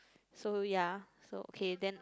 so yea so okay then